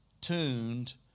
tuned